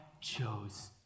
chose